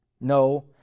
No